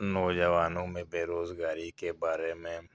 نوجوانوں میں بے روزگاری کے بارے میں